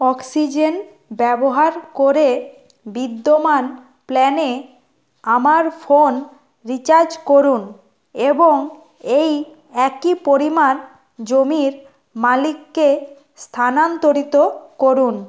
oxygen ব্যবহার করে বিদ্যমান প্ল্যানে আমার ফোন রিচার্জ করুন এবং এই একই পরিমাণ জমির মালিককে স্থানান্তরিত করুন